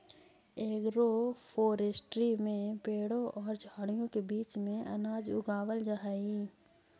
agroforestry में पेड़ों और झाड़ियों के बीच में अनाज उगावाल जा हई